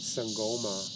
Sangoma